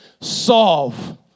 solve